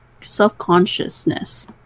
self-consciousness